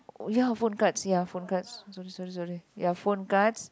oh ya phone cards ya phone cards sorry sorry sorry ya phone cards